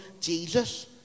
Jesus